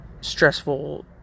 stressful